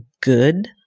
good